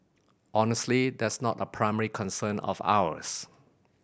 honestly that's not a primary concern of ours